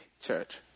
church